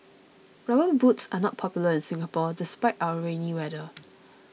rubber boots are not popular in Singapore despite our rainy weather